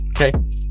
Okay